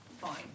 fine